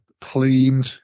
cleaned